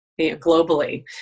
globally